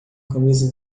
camisa